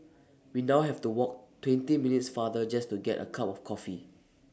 we now have to walk twenty minutes farther just to get A cup of coffee